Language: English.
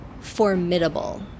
formidable